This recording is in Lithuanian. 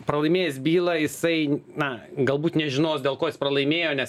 pralaimėjęs bylą jisai na galbūt nežinos dėl ko jis pralaimėjo nes